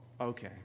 okay